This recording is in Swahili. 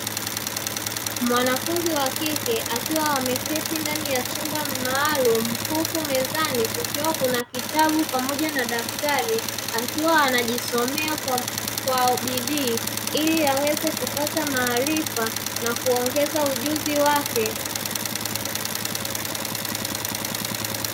Mwanafunzi wa kike akiwa ameketi ndani ya chumba maalumu huku mezani kukiwa kuna kitabu pamoja na daftari, akiwa anajisomea kwa bidii ili aweze kupata maarifa na kuongeza ujuzi wake.